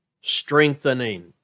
strengthening